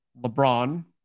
LeBron